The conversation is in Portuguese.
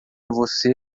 você